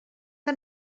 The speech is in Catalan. que